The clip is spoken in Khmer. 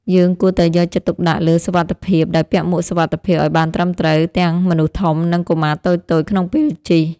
យើងគួរតែយកចិត្តទុកដាក់លើសុវត្ថិភាពដោយពាក់មួកសុវត្ថិភាពឱ្យបានត្រឹមត្រូវទាំងមនុស្សធំនិងកុមារតូចៗក្នុងពេលជិះ។